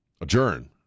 adjourn